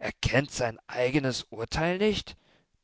er kennt sein eigenes urteil nicht